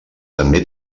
també